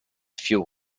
fuel